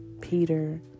Peter